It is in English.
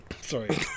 Sorry